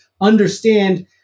understand